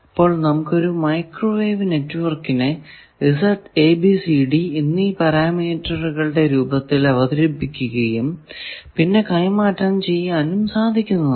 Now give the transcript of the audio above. അങ്ങനെ നമുക്ക് ഒരു മൈക്രോവേവ് നെറ്റ്വർക്കിനെ Z a b c d എന്നീ പരാമീറ്ററുകളുടെ രൂപത്തിൽ അവതരിപ്പിക്കുകയും പിന്നെ കൈമാറ്റം ചെയ്യാനും സാധിക്കുന്നതുമാണ്